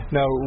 now